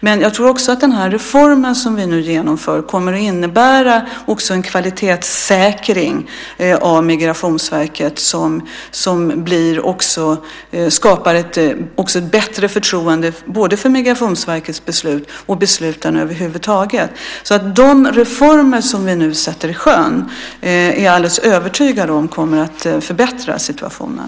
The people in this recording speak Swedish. Men jag tror också att den reform som vi nu genomför kommer att innebära en kvalitetssäkring av Migrationsverket som skapar bättre förtroende både för Migrationsverkets beslut och för besluten över huvud taget. De reformer som vi nu sätter i sjön kommer alltså, det är jag alldeles övertygad om, att förbättra situationen.